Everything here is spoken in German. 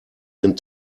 ihren